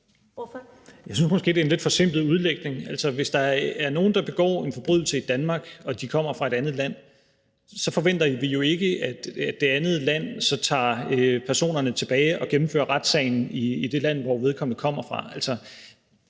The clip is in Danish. (S): Jeg synes måske, det er en lidt forsimplet udlægning. Hvis der er nogen, der begår en forbrydelse i Danmark, og vedkommende kommer fra et andet land, forventer vi jo ikke, at det andet land tager personen tilbage og gennemfører retssagen i det land, vedkommende kommer fra.